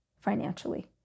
financially